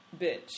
bitch